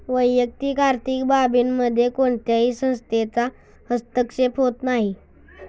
वैयक्तिक आर्थिक बाबींमध्ये कोणत्याही संस्थेचा हस्तक्षेप होत नाही